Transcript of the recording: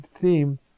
theme